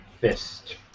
fist